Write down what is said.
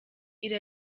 iri